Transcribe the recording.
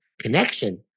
connection